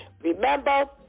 Remember